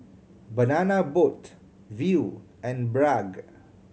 Banana Boat Viu and Bragg